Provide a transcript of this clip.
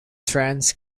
trans